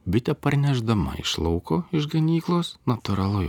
bitė parnešdama iš lauko iš ganyklos natūralu